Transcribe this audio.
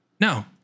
No